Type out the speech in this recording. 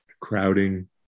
crowding